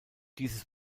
dieses